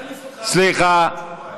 אני אחליף אותך ואנהל את המליאה.